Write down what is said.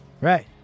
Right